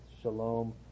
shalom